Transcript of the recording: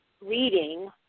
reading